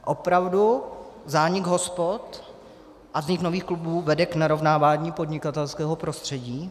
Opravdu zánik hospod a vznik nových klubů vede k narovnávání podnikatelského prostředí?